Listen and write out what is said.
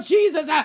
Jesus